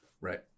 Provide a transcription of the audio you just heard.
Right